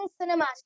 cinema